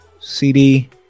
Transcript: CD